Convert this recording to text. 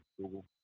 Google